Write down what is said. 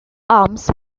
arms